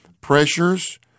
pressures